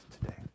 today